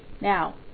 Now